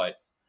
Bytes